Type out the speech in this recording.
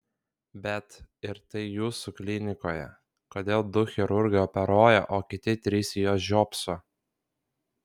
bet ir tai jūsų klinikoje kodėl du chirurgai operuoja o kiti trys į juos žiopso